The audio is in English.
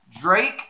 Drake